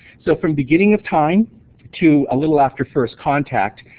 so from beginning of time to a little after first contact,